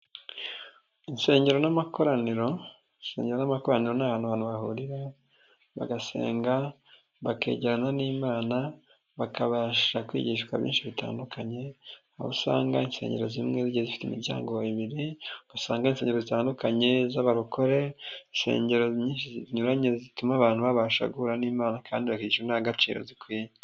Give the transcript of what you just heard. Insengero n'amakoraniro, insengero n'amakoraniro ni ahantu abantu bahurira, bagasenga, bakegerana n'Imana , bakabasha kwigishwa byinshi bitandukanye, aho usanga insengero zimwe zigiye zifite imiryango bibiri, usanga hari insengero zitandukanye z'abarokore, insengero nyinshi zinyuranye zituma abantu babasha guhura n'Imana kandi bakabigisha indangagaciro nyinshi zikwiye.